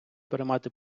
приймати